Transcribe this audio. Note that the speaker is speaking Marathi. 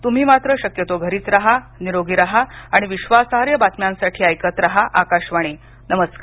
तुम्ही मात्र शक्यतो घरीच राहा निरोगी राहा आणि विश्वासार्ह बातम्यांसाठी ऐकत राहा आकाशवाणी नमस्कार